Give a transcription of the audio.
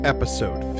Episode